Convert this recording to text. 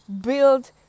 build